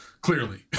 clearly